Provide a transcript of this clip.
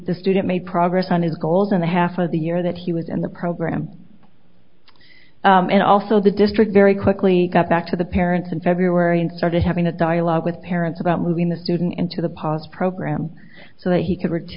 the student made progress on his goals in the half of the year that he was in the program and also the district very quickly got back to the parents in february and started having a dialogue with parents about moving the student into the pas program so that he could r